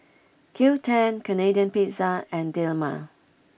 Qoo ten Canadian Pizza and Dilmah